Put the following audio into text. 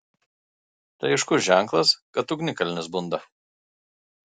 tai aiškus ženklas kad ugnikalnis bunda